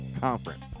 conference